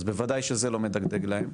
אז בוודאי שזה לא מדגדג להם,